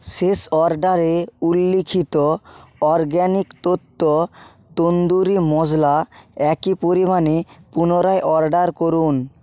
শেষ অর্ডারে উল্লিখিত অরগ্যাানিক তত্ত্ব তন্দুরি মশলা একই পরিমাণে পুনরায় অর্ডার করুন